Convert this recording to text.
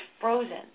frozen